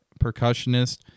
percussionist